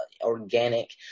Organic